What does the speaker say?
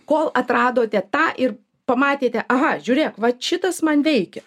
kol atradote tą ir pamatėte aha žiūrėk vat šitas man veikia